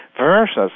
versus